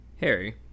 Harry